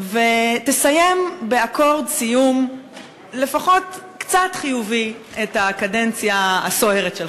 ותסיים באקורד סיום לפחות קצת חיובי את הקדנציה הסוערת שלך.